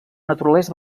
naturalesa